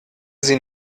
sie